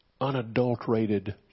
unadulterated